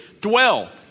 Dwell